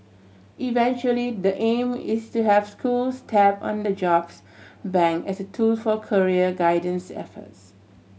eventually the aim is to have schools tap on the jobs bank as a tool for career guidance efforts